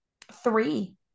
Three